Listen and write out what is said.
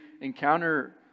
encounter